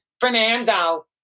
Fernando